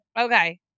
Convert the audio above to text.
Okay